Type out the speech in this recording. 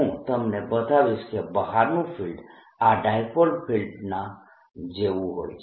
હું તમને બતાવીશ કે બહારનું ફિલ્ડ આ ડાયપોલ ફિલ્ડના જેવું હોય છે